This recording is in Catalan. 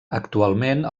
actualment